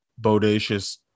Bodacious